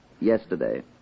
yesterday